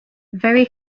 very